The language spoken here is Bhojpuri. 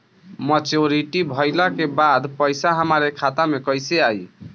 मच्योरिटी भईला के बाद पईसा हमरे खाता में कइसे आई?